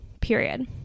period